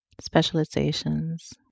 specializations